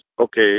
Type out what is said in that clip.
Okay